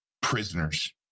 prisoners